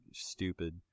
stupid